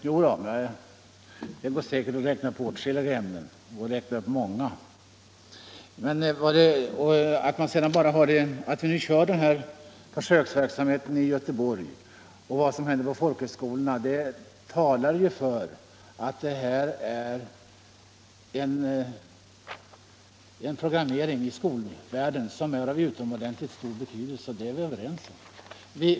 Herr talman! Det går säkert att räkna upp många ämnen. Men försöksverksamheten i Göteborg och verksamheten vid folkhögskolorna talar ju för att detta är en programmering i skolvärlden som är av ut omordentligt stor betydelse. Det är vi överens om.